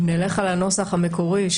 אם נלך על הנוסח המקורי,